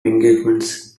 engagements